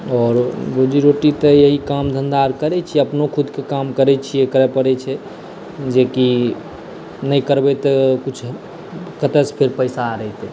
आओर रोजी रोटी तऽ इएह काम धन्धा आओर करै छिए अपनो खुदके काम करै छिए करै पड़ै छै जेकि नहि करबै तऽ किछु कतऽसँ फेर पइसा आओर अएतै